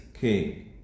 king